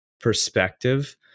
perspective